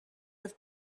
have